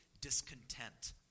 discontent